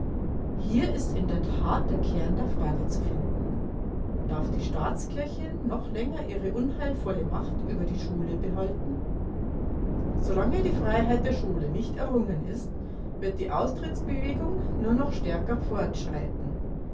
hier ist in der tat der kern der frage zu finden darf die staatskirche noch länger ihre unheilvolle macht über die schule behalten solange die freiheit der schule nicht errungen ist wird die austrittsbewegung nur noch stärker